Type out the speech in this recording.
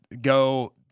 go